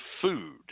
food